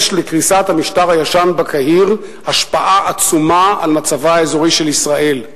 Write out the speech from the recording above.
יש לקריסת המשטר הישן בקהיר השפעה עצומה על מצבה האזורי של ישראל.